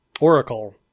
oracle